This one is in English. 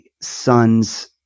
son's